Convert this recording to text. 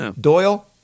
Doyle